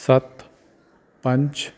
ਸੱਤ ਪੰਜ